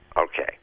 Okay